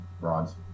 rods